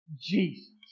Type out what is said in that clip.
Jesus